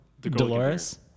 Dolores